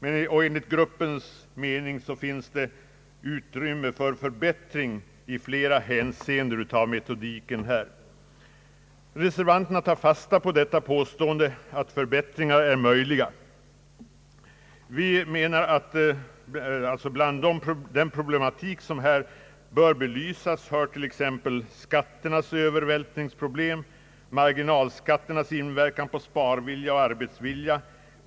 Enligt arbetsgruppens mening finns det utrymme för förbättringar av metodiken i flera hänseenden. Reservanterna tar fasta på detta påstående att förbättringar är möjliga. Till den problematik som här bör belysas hör t.ex. skatternas övervältringsproblem samt marginalskatternas inverkan på sparvilja och arbetsvilja.